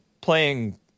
playing